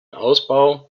ausbau